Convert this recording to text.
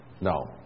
No